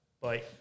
Bye